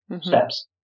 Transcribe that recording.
Steps